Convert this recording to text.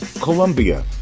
Colombia